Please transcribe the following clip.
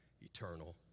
eternal